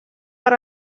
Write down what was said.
per